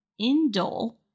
indole